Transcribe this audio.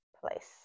place